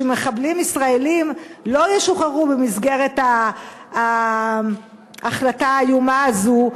שמחבלים ישראלים לא ישוחררו במסגרת ההחלטה האיומה הזאת,